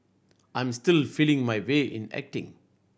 I'm still feeling my way in acting